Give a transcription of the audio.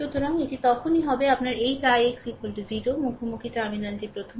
সুতরাং এটি তখনই হবে আপনার 8 ix 0 কারণ মুখোমুখি টার্মিনালটি প্রথমে